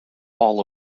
all